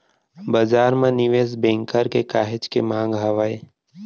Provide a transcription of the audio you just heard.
बजार म निवेस बेंकर के काहेच के मांग हावय